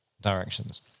directions